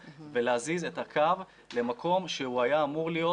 ולהזיז את הקו למקום שהוא היה אמור להיות,